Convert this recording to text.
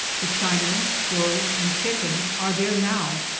the chinaman, squirrels, and chickens are there now,